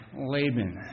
Laban